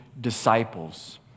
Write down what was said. disciples